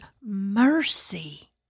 mercy